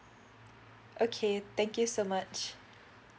okay thank you so much